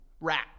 Wrap